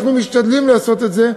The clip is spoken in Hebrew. אנחנו משתדלים לעשות את זה,